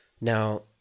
now